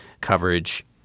coverage